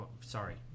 sorry